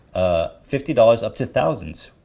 fifty dollars up to thousands.